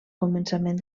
començament